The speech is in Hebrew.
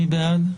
מי בעד?